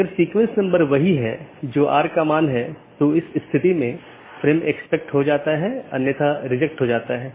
क्योंकि प्राप्त करने वाला स्पीकर मान लेता है कि पूर्ण जाली IBGP सत्र स्थापित हो चुका है यह अन्य BGP साथियों के लिए अपडेट का प्रचार नहीं करता है